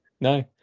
No